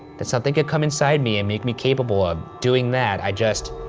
that something can come inside me and make me capable of doing that, i just,